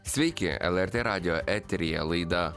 sveiki lrt radijo eteryje laida